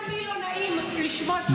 גם לי לא נעים לי לשמוע שהוא צועק עליי מהדוכן.